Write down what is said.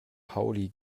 pauli